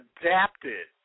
adapted